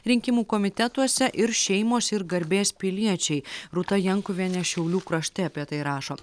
rinkimų komitetuose ir šeimos ir garbės piliečiai rūta jankuvienė šiaulių krašte apie tai rašo